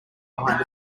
behind